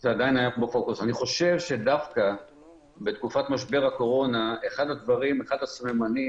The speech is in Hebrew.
אני חושב שדווקא בתקופת משבר הקורונה, אחד הסממנים